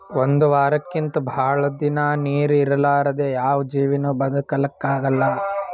ಒಂದ್ ವಾರಕ್ಕಿಂತ್ ಭಾಳ್ ದಿನಾ ನೀರ್ ಇರಲಾರ್ದೆ ಯಾವ್ ಜೀವಿನೂ ಬದಕಲಕ್ಕ್ ಆಗಲ್ಲಾ